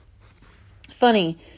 Funny